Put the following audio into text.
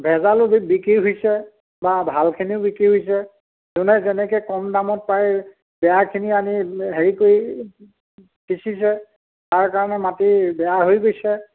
ভেজালো বিক্ৰী হৈছে বা ভালখিনিও বিক্ৰী হৈছে যোনে যেনেকৈ কম দামত পাই বেয়াখিনি আনি হেৰি কৰি সিঁচিছে তাৰ কাৰণে মাটি বেয়া হৈ গৈছে